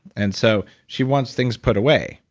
and so she wants things put away,